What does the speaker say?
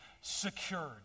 secured